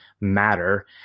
matter